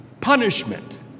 Punishment